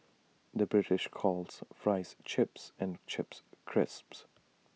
the British calls Fries Chips and Chips Crisps